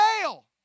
fail